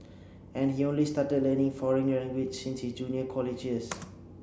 and he only started learning foreign languages since his junior college years